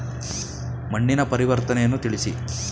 ಮಣ್ಣಿನ ಪರಿವರ್ತನೆಯನ್ನು ತಿಳಿಸಿ?